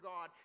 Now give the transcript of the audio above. God